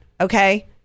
okay